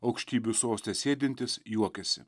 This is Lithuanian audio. aukštybių soste sėdintis juokiasi